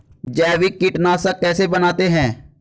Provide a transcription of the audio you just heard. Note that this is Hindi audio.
जैविक कीटनाशक कैसे बनाते हैं?